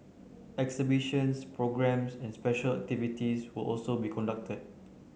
exhibitions programmes and special activities will also be conducted